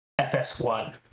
FS1